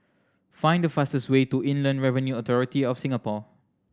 find the fastest way to Inland Revenue Authority of Singapore